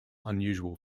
unusual